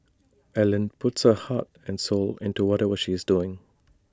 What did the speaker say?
Ellen puts her heart and soul into whatever she's doing